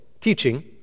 teaching